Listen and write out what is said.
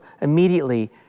immediately